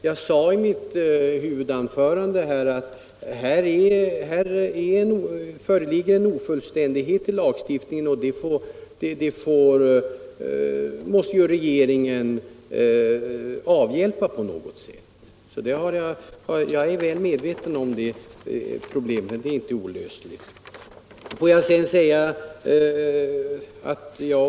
Jag sade i mitt huvudanförande att här föreligger en dfullständighet i lagstiftningen, och den måste ju regeringen avhjälpa på något sätt. Jag är medveten om problemet, men det är inte olösligt.